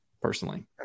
personally